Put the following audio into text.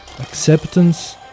acceptance